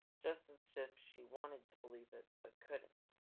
just as if she wanted to believe it, but couldn't.